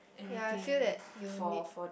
ya I feel that you need